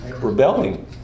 rebelling